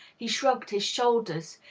he shrugged his shoulders,